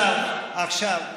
יחסית,